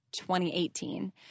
2018